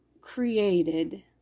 created